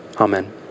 Amen